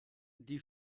die